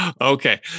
Okay